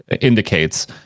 indicates